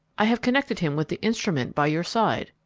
i have connected him with the instrument by your side.